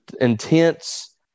intense